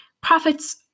profits